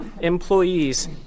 employees